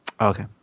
Okay